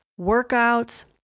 workouts